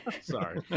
Sorry